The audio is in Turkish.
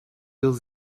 yıl